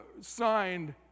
signed